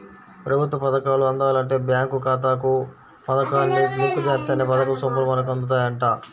ప్రభుత్వ పథకాలు అందాలంటే బేంకు ఖాతాకు పథకాన్ని లింకు జేత్తేనే పథకం సొమ్ములు మనకు అందుతాయంట